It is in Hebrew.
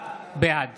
בעד